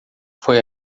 foi